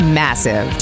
massive